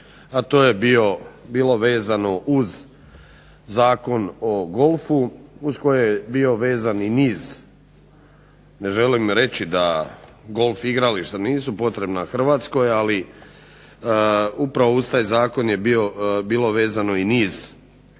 a to je bilo vezano uz Zakon o golfu uz koji je bio vezan i niz, ne želim reći da golf igrališta nisu potrebna Hrvatskoj, ali upravo uz taj zakon je bilo vezano i niz